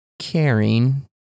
caring